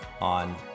on